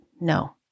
No